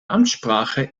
amtssprache